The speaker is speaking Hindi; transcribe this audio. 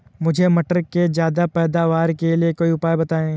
मुझे मटर के ज्यादा पैदावार के लिए कोई उपाय बताए?